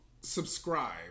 subscribe